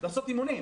לעשות אימונים.